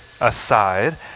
aside